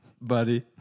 Buddy